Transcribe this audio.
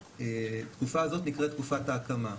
התקפה הזאת נקראת תקופת ההקמה.